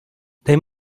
they